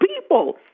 people